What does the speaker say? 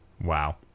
Wow